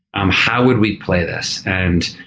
um how would we play this? and